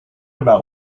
about